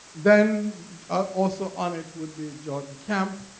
then also on it would be jordan kemp.